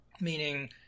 meaning